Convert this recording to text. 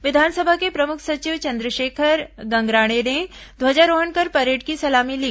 विधानसभा के प्रमुख सचिव चंद्रशेखर गंगराड़े ने ध्वजारोहण कर परेड की सलामी ली